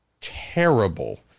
terrible